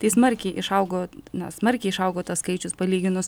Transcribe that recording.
tai smarkiai išaugo na smarkiai išaugo tas skaičius palyginus